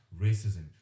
racism